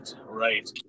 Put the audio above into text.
Right